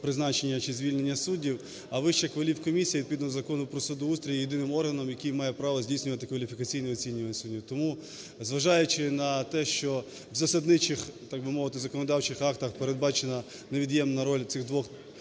призначення чи звільнення суддів, а Вища кваліфкомісія відповідно до Закону про судоустрій є єдиним органом, який має право здійснювати кваліфікаційне оцінювання суддів. Тому, зважаючи на те, що в засадничих, так би мовити, законодавчих актах передбачена невід'ємна роль цих двох